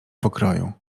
pokroju